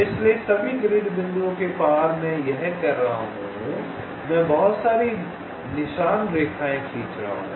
इसलिए सभी ग्रिड बिंदुओं के पार मैं यह कर रहा हूं मैं बहुत सारी निशान रेखाएं खींच रहा हूं